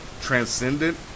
transcendent